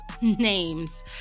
names